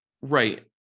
Right